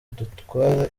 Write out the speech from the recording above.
dutwara